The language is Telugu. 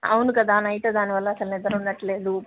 అవును కదా నైట్ దాని వల్ల అసలు నిద్ర ఉండడంలేదు